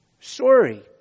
sorry